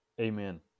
Amen